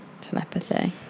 Telepathy